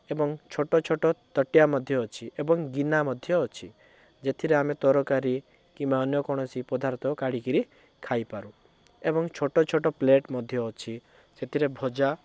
ଏବଂ ଛୋଟଛୋଟ ତାଟିଆ ମଧ୍ୟ ଅଛି ଏବଂ ଗିନା ମଧ୍ୟ ଅଛି ଯେଉଁଥିରେ ଆମେ ତରକାରୀ କିମ୍ବା ଅନ୍ୟ କୌଣସି ପଦାର୍ଥ କାଢ଼ିକିରି ଖାଇପାରୁ ଏବଂ ଛୋଟ ଛୋଟ ପ୍ଲେଟ୍ ମଧ୍ୟ ଅଛି ସେଥିରେ ଭଜା